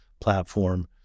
platform